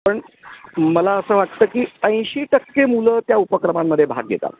पण मला असं वाटतं की ऐंशी टक्के मुलं त्या उपक्रमांमध्ये भाग घेतात